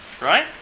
right